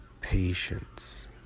patience